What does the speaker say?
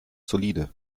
solide